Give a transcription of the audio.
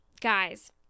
guys